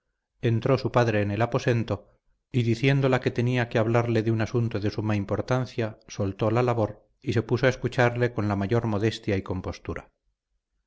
entró su padre en el aposento y diciéndola que tenía que hablarle de un asunto de suma importancia soltó la labor y se puso a escucharle con la mayor modestia y compostura